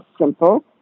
Simple